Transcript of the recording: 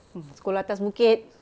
hmm sekolah atas bukit